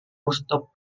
vostok